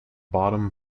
bottom